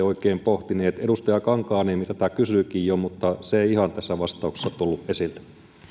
oikein pohtineet edustaja kankaanniemi tätä kysyikin jo mutta se ei ihan tässä vastauksessa tullut esille